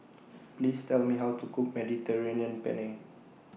Please Tell Me How to Cook Mediterranean Penne